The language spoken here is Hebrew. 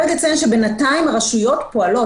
בינתיים הרשויות פועלות,